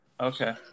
Okay